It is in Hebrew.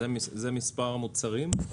זה מספר המוצרים?